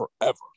forever